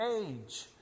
age